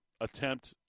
attempt